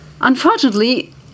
Unfortunately